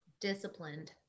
Disciplined